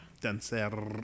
Dancer